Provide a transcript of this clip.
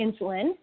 insulin